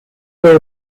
were